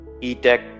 e-tech